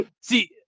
see